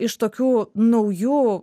iš tokių naujų